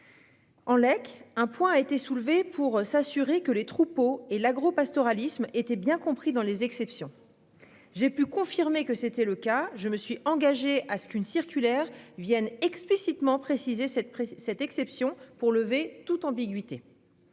En Lake, un point a été soulevé pour s'assurer que les troupeaux et l'agro-pastoralisme était bien compris dans les exceptions. J'ai pu confirmer que c'était le cas je me suis engagé à ce qu'une circulaire viennent explicitement précisé cette cette exception pour lever toute ambiguïté.